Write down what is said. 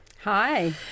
Hi